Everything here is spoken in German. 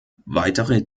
weitere